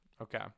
okay